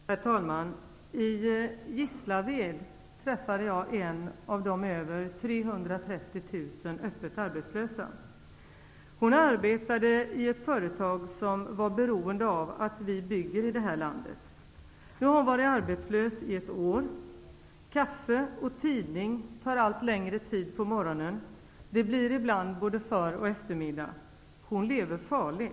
Herr talman! I Gislaved träffade jag en av de över 330 000 öppet arbetslösa. Hon arbetade i ett företag som var beroende av att vi bygger i det här landet. Hon har nu varit arbetslös i ett år. Kaffe och tidning tar allt längre tid på morgonen -- det blir ibland både för och eftermiddag. Hon lever farligt.